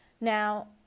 Now